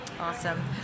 Awesome